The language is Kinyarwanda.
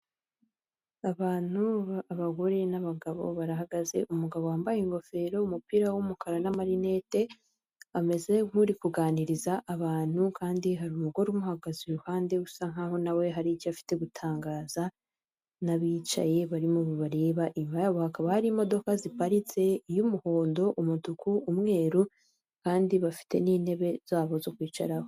Abantu abagore n'abagabo barahagaze, umugabo wambaye ingofero umupira w'umukara n'amarinete, ameze nk'uri kuganiriza abantu kandi hari umugore umuhagaze iruhande usa nkaho nawe hari icyo afite gutangaza n'abicaye barimo babareba, inyuma yabo hakaba hari imodoka ziparitse iy'umuhondo, umutuku, umweru kandi bafite n'intebe zabo zo kwicaraho.